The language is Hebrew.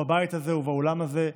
בבית הזה ובאולם הזה.